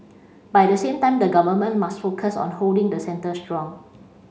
but at the same time the Government must focus on holding the centre strong